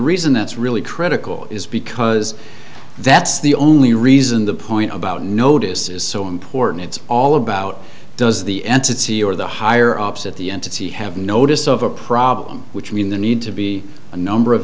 reason that's really critical is because that's the only reason the point about notice is so important it's all about does the entity or the higher ups at the entity have notice of a problem which mean the need to be a number of